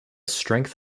strength